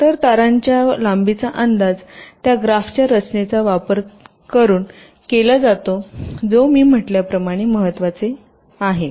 तर तारांच्या लांबीचा अंदाज त्या ग्राफच्या रचनेचा वापर करून केला जातो जो मी म्हटल्याप्रमाणे महत्वाचे आहे